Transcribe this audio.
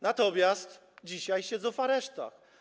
natomiast dzisiaj siedzą w aresztach.